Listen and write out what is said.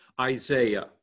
Isaiah